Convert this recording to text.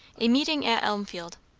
a meeting at elmfield.